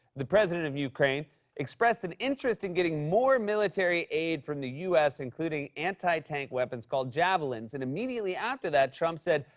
the president of ukraine expressed an interest in getting more military aid from the u s, including anti-tank weapons called javelins. and immediately after that, trump said,